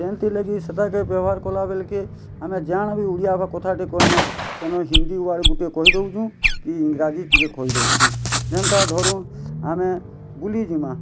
ଯେନ୍ଥିର୍ ଲାଗି ସେଟାକେ ବ୍ୟବହାର୍ କଲାବେଲ୍କେ ଆମେ ଜାଣାବି ଓଡ଼ିଆ ହେବା କଥାଟେ କହେମାଁ ସେନ ହିନ୍ଦୀ ୱାର୍ଡ଼୍ ଗୁଟେ କହି ଦଉଛୁଁ କି ଇଂରାଜୀ ଟିକେ କହି ଦଉଛୁଁ ଯେନ୍ତା ଧରୁନ୍ ଆମେ ବୁଲିଯିମାଁ